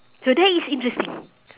so that is interesting